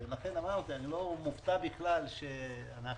לכן אני לא מופתע בכלל שאנחנו